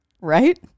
Right